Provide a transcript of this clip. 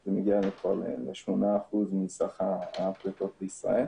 זה מגיע כבר ל-85 מסך הפליטות בישראל.